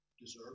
deserve